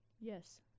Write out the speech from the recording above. Yes